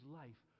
life